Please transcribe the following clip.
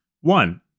One